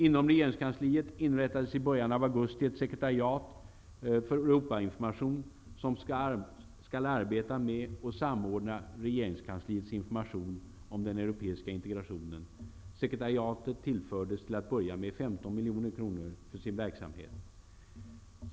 Inom regeringskansliet inrättades i början av augusti ett sekretariat för Europainformation, som skall arbeta med och samordna regeringskansliets information om den europeiska integrationen. miljoner kronor för sin verksamhet.